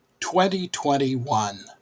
2021